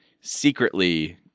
secretly